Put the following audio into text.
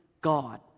God